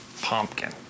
Pumpkin